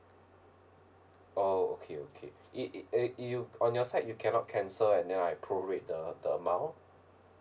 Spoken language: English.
oh okay okay it it it you on your side you cannot cancel at then like prorate the the amount